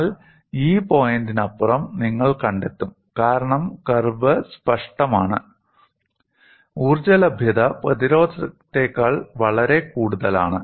എന്നാൽ ഈ പോയിന്റിനപ്പുറം നിങ്ങൾ കണ്ടെത്തും കാരണം കർവ് സ്പഷ്ടമാണ് ഊർജ്ജ ലഭ്യത പ്രതിരോധത്തെക്കാൾ വളരെ കൂടുതലാണ്